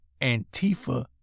Antifa